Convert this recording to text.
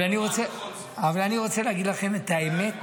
אבל אני רוצה להגיד לכם את האמת.